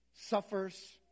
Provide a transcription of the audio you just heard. suffers